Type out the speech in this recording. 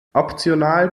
optional